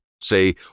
say